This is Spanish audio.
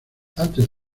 antes